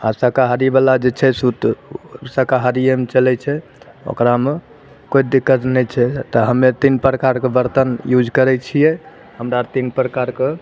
आओर शाकाहारीवला जे छै से उ तऽ शकाहारियेमे चलय छै ओकरामे कोइ दिक्कत नहि छै तऽ हमे तीन प्रकारके बर्तन यूज करय छियै हमरा अर तीन प्रकारके